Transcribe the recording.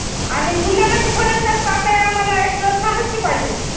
आणि गुलाबाची थोड्याशा पाकळ्या आम्हाला एक सहाशे पाहिजे आहेत